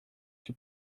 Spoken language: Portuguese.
que